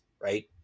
right